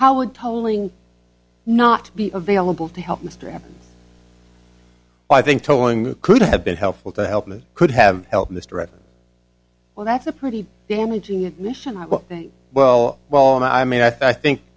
how would totally not be available to help mr happens i think telling could have been helpful to help me could have helped mr wright well that's a pretty damaging admission i think well well i mean i think